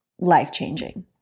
life-changing